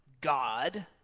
god